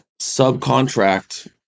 subcontract